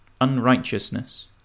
unrighteousness